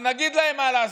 אנחנו נגיד להם מה לעשות.